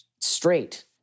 straight